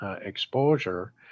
exposure